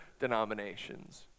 denominations